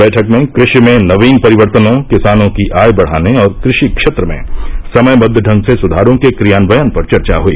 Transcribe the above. बैठक में कृषि में नवीन परिवर्तनों किसानों की आय बढ़ाने और कृषि क्षेत्र में समयबद्ध ढंग से सुधारों के क्रियान्वयन पर चर्चा हई